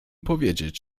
powiedzieć